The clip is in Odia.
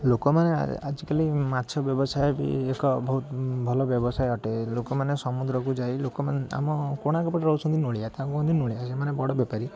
ଲୋକମାନେ ଆଜିକାଲି ମାଛ ବ୍ୟବସାୟ ଭି ଏକ ବହୁତ ଭଲ ବ୍ୟବସାୟ ଅଟେ ଲୋକମାନେ ସମୁଦ୍ରକୁ ଯାଇ ଲୋକମାନେ ଆମ କୋଣାର୍କ ପଟେ ରହୁଛନ୍ତି ନୋଳିଆ ତାଙ୍କୁ କହନ୍ତି ନୋଳିଆ ସେମାନେ ବଡ଼ ବେପାରୀ